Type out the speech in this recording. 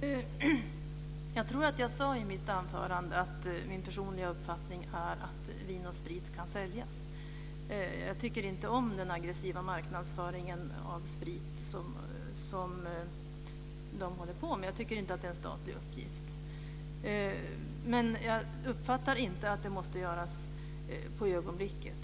Herr talman! Jag tror att jag sade i mitt anförande att min personliga uppfattning är att Vin & Sprit kan säljas. Jag tycker inte om den aggressiva marknadsföring av sprit som man håller på med. Jag tycker inte att det är en statlig uppgift. Men jag uppfattar inte att det måste göras på ögonblicket.